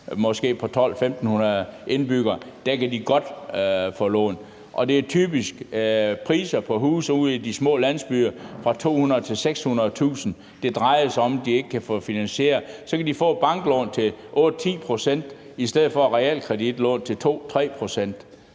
måske 1.200-1.500 indbyggere kan de godt få lån, og det er typisk priser på huse ude i de små landsbyer fra 200.000 til 600.000 kr., det drejer sig om de ikke kan få finansieret. Så kan de få et banklån til 8-10 pct. i stedet for et realkreditlån til 2-3 pct.,